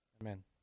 Amen